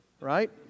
right